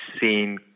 seen